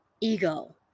ego